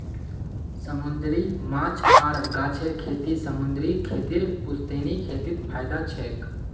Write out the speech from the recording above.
समूंदरी माछ आर गाछेर खेती समूंदरी खेतीर पुश्तैनी खेतीत फयदा छेक